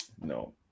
No